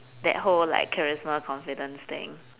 that whole like charisma confidence thing